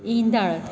ईंदड़